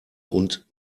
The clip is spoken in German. und